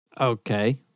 Okay